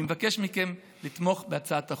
אני מבקש מכם לתמוך בהצעת החוק.